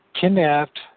Kidnapped